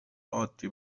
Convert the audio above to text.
عادی